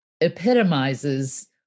epitomizes